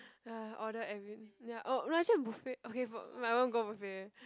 ya order any ya oh no actually buffet okay but I won't go buffet